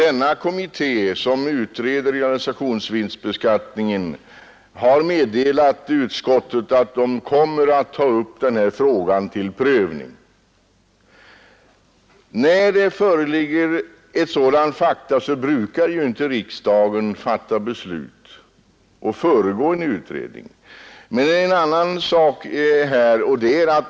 Den kommitté som utreder realisationsvinstbeskattningen har meddelat utskottet att den kommer att ta upp den här frågan till prövning. När det föreligger ett sådant faktum brukar ju inte riksdagen fatta beslut och föregripa en utredning. Men det finns en annan sak också som talar härför.